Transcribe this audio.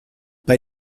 bei